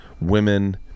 women